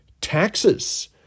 taxes